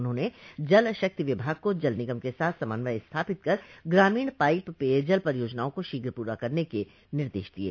उन्होंने जल शक्ति विभाग को जल निगम के साथ समन्वय स्थापित कर ग्रामीण पाइप पेय जल परियोजनाओं को शीघ्र पूरा करने के निर्देश दिये